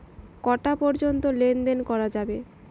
কটা পর্যন্ত লেন দেন করা যাবে?